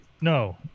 No